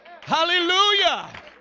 Hallelujah